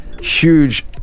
Huge